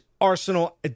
Arsenal